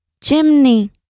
chimney